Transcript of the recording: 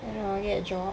I don't know get a job